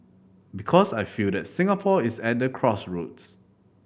because I feel that Singapore is at the crossroads